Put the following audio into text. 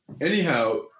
Anyhow